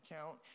account